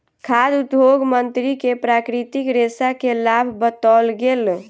खाद्य उद्योग मंत्री के प्राकृतिक रेशा के लाभ बतौल गेल